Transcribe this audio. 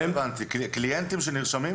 זה קליינטים שנרשמים?